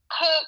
cook